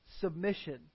submission